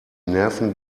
nerven